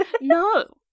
No